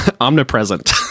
Omnipresent